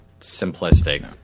simplistic